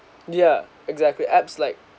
ya exactly apps like